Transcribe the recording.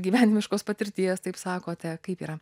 gyvenimiškos patirties taip sakote kaip yra